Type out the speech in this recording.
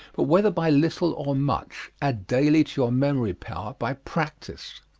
but whether by little or much add daily to your memory power by practise.